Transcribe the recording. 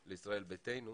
יהודי אתיופיה.